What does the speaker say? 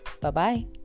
Bye-bye